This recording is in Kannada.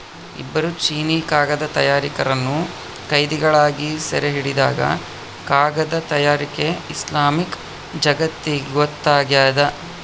ಇಬ್ಬರು ಚೀನೀಕಾಗದ ತಯಾರಕರನ್ನು ಕೈದಿಗಳಾಗಿ ಸೆರೆಹಿಡಿದಾಗ ಕಾಗದ ತಯಾರಿಕೆ ಇಸ್ಲಾಮಿಕ್ ಜಗತ್ತಿಗೊತ್ತಾಗ್ಯದ